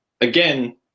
again